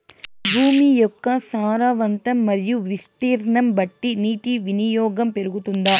భూమి యొక్క సారవంతం మరియు విస్తీర్ణం బట్టి నీటి వినియోగం పెరుగుతుందా?